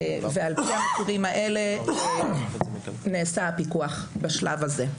ועל פי המחירים האלה נעשה הפיקוח בשלב הזה.